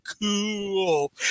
cool